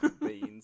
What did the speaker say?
Beans